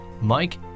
mike